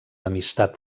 amistat